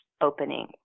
opening